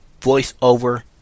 voiceover